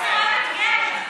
תודה רבה.